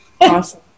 awesome